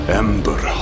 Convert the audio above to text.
ember